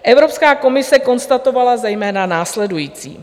Evropská komise konstatovala zejména následující: